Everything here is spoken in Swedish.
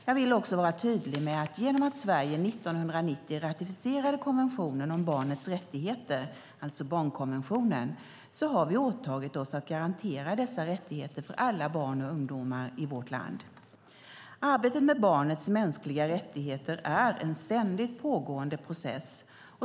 Jag vill också vara tydlig med att genom att Sverige 1990 ratificerade konventionen om barnets rättigheter, barnkonventionen, har vi åtagit oss att garantera dessa rättigheter för alla barn och ungdomar i vårt land. Arbetet med barnets mänskliga rättigheter är en ständigt pågående process.